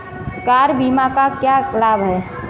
Car बीमा का क्या लाभ है?